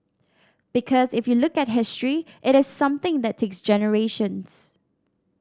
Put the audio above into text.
because if you look at history it is something that takes generations